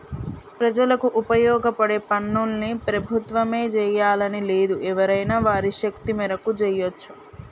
ప్రజలకు ఉపయోగపడే పనుల్ని ప్రభుత్వమే జెయ్యాలని లేదు ఎవరైనా వారి శక్తి మేరకు జెయ్యచ్చు